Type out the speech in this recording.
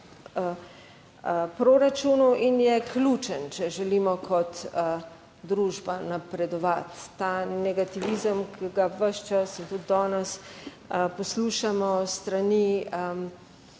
in je ključen, če želimo kot družba napredovati. Ta negativizem, ki ga ves čas in tudi danes poslušamo s strani